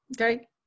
Okay